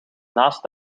naast